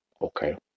Okay